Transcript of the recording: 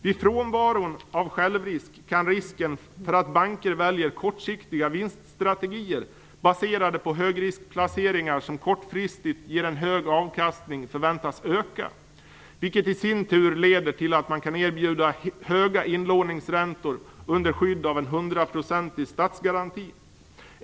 Vid frånvaron av självrisk kan risken för att banker väljer kortsiktiga vinststrategier baserade på högriskplaceringar som kortfristigt ger en hög avkastning förväntas öka, vilket i sin tur leder till att man kan erbjuda höga inlåningsräntor under skydd av en hundraprocentig statsgaranti.